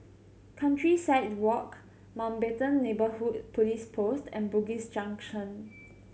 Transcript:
Countryside Walk Mountbatten Neighbourhood Police Post and Bugis Junction